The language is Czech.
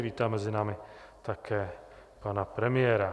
Vítám mezi námi také pana premiéra.